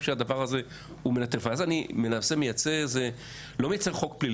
ואז אני לא מייצר חוק פלילי.